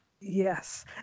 yes